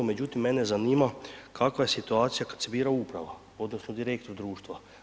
Međutim, mene zanima kakva je situacija kad se bira uprava odnosno direktor društva?